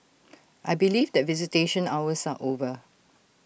I believe that visitation hours are over